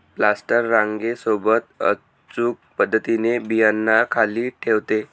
planters रांगे सोबत अचूक पद्धतीने बियांना खाली ठेवते